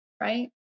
right